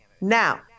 Now